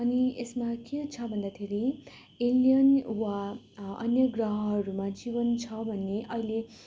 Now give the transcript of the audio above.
अनि यसमा के छ भन्दाखेरि एलियन वा अन्य ग्रहहरूमा जीवन छ भन्ने अहिले